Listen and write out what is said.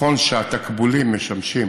נכון שהתקבולים משמשים